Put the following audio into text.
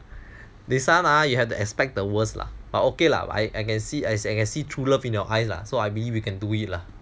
this [one] ah you have to expect the worst lah but okay lah but I I can see I can see true love in your eyes lah so I believe you can do it lah